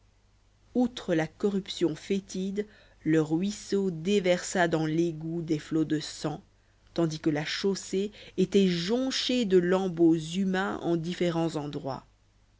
outre la corruption fétide le ruisseau déversa dans l'égout des flots de sang tandis que la chaussée était jonchée de lambeaux humains en différents endroits